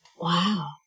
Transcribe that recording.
wow